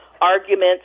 arguments